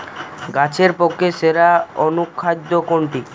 গাছের পক্ষে সেরা অনুখাদ্য কোনটি?